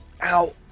out